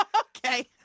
okay